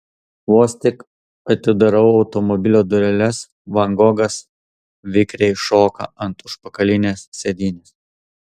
vos tik atidarau automobilio dureles van gogas vikriai šoka ant užpakalinės sėdynės